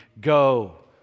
Go